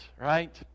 right